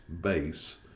base